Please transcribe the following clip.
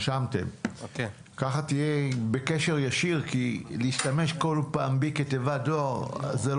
אז תהיה בקשר ישיר איתו, חבר הכנסת אלהואשלה.